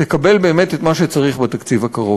תקבל באמת את מה שצריך בתקציב הקרוב.